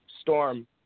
Storm